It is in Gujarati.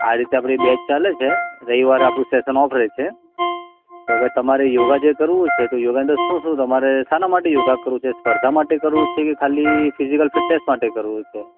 આ રીતે આપણી બેચ ચાલે છે રવિવારે આપણું સેસન ઓફ રહે છે તો હવે તમારે યોગા જે કરવું છે તો યોગાની અંદર શું શું તમારે શાના માટે યોગા કરવું છે સ્પર્ધા માટે કરવું છે કે ખાલી ફિજિકલ ફિટનેસ માટે કરવું છે